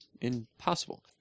impossible